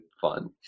fun